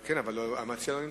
כן, אבל המציע לא נמצא.